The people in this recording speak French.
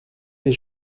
les